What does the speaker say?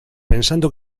pensando